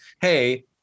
hey